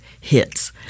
hits